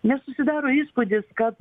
nes susidaro įspūdis kad